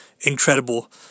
incredible